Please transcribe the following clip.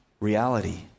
reality